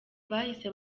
bahise